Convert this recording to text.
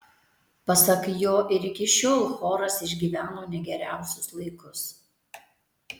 pasak jo ir iki šiol choras išgyveno ne geriausius laikus